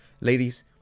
Ladies